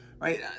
right